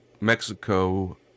Mexico